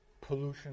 pollution